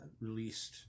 released